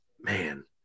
man